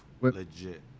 legit